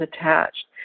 attached